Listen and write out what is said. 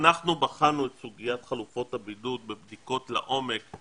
אנחנו בחנו את סוגיית חלופות הבידוד בבדיקות לעומק.